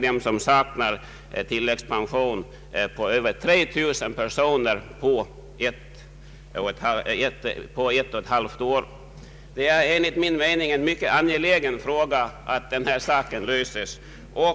De som saknar tilläggspension har alltså ökat med sammanlagt över 3 000 på två och ett halvt år. Det är enligt min mening mycket angeläget att denna fråga får sin lösning.